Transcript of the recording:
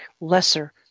lesser